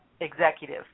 executive